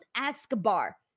Escobar